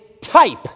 type